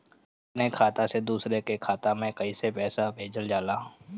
अपने खाता से दूसरे के खाता में कईसे पैसा भेजल जाला?